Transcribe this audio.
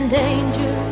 danger